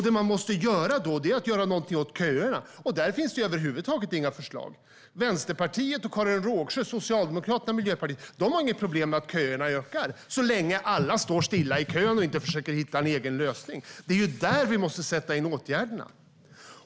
Då måste man göra något åt köerna, och där finns det över huvud taget inga förslag. Vänsterpartiet och Karin Rågsjö, Socialdemokraterna och Miljöpartiet har inga problem med att köerna ökar, så länge alla står stilla i kön och inte försöker hitta en egen lösning. Det är ju där vi måste sätta in åtgärderna.